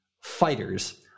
fighters